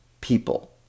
people